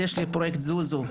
יש לי פרויקט "זוזו",